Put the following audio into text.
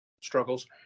struggles